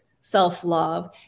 self-love